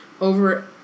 over